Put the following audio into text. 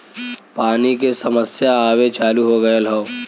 पानी के समस्या आवे चालू हो गयल हौ